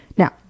Now